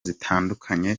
zitandukanye